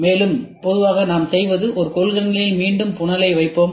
மேலும் பொதுவாக நாம் செய்வது ஒரு கொள்கலனில் மீண்டும் ஒரு புனலை வைப்போம்